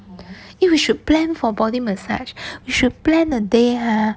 eh we should plan for body massage we should plan a day ah